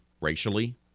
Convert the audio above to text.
racially